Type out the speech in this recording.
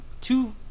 two